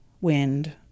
wind